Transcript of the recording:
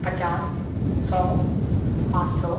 पचास सौ पाँच सौ